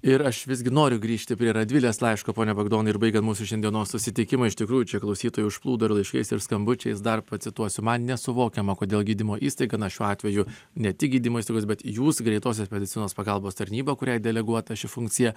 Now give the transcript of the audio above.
ir aš visgi noriu grįžti prie radvilės laiško pone bagdonai ir baigiant mūsų šiandienos susitikimą iš tikrųjų čia klausytojai užplūdo ir laiškais ir skambučiais dar pacituosiu man nesuvokiama kodėl gydymo įstaiga na šiuo atveju ne tik gydymo įstaigos bet jūs greitosios medicinos pagalbos tarnyba kuriai deleguota ši funkcija